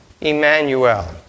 Emmanuel